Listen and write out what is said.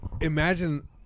imagine